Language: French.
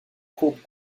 courbes